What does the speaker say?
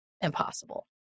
impossible